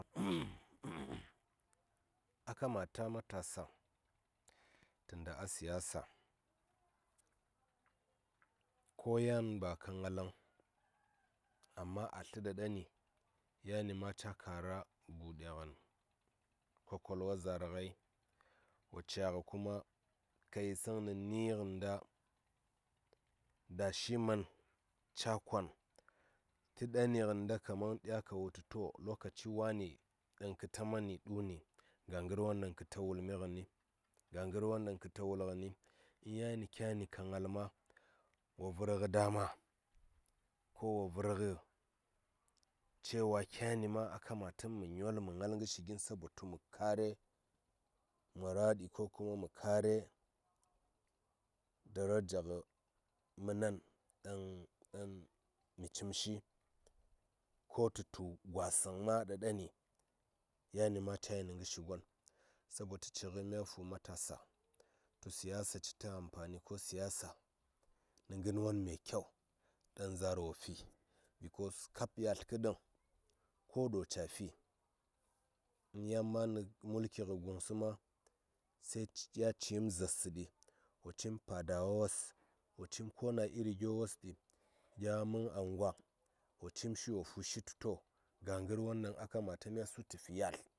A kamata matasa tə nda a siyasa ko yan ba ka ngaləŋ amma a tlə ɗa ɗani yani ma ca kara buɗe ngən kwakwalwa zaar ngai wo ca ngə kuma ka yisəŋ nə ni ngənta dashi man ca kon tə ɗani ngənta kaman ɗya ka wutu to lokaci wani ɗaŋ kə ta mani ɗuni ga ngər won ɗaŋ kə ta wulmi ngən ndən ga ngər won ɗaŋ kə ta wul ngən ndən ko yan kyani ka ngal ma wo vər ngə dama kowo vər ngə cewa kyani ma a kamata mə nyol mə ngal ngə shi gin sabo tumə kare muraɗi ko kuma kare daraja ngə mənen ɗaŋ ɗaŋ mi cim shi ko tə tu gwasəŋ ma ɗa ɗani yani ma ca yel nə ngə shi gon sabo tə ci ngəi mya fu matasa tu siyasa citə ampani ko siyasa nə ngər won me kyau ɗaŋ zaar wo fi bikos kab yalt kə ɗəŋ ko ɗo ca fi ya man nə mulki kə guŋsə ma sai ya cim zaarsə ɗi wo cim padawa wos wo cim ko na iri gyo wos ɗi gya mən angwa wo cim shi ɗi wo fushi tu to ga ngər won ɗaŋ mya su tə fi yalt.